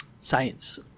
Science